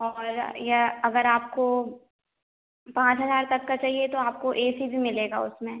और या अगर आपको पाँच हज़ार तक का चाहिए तो आपको ए सी भी मिलेगा उसमें